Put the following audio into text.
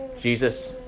Jesus